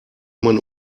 man